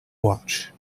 watch